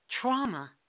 Trauma